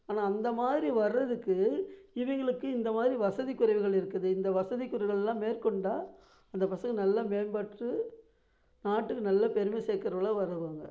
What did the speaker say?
ஆனால் அந்த மாதிரி வரதுக்கு இவங்களுக்கு இந்த மாதிரி வசதி குறைவுகள் இருக்குது இந்த வசதி குறைவுகளெலாம் மேற்கொண்டால் அந்த பசங்கள் நல்லா மேம்பட்டு நாட்டுக்கு நல்லா பெருமை சேர்க்குற அளவு வருவாங்க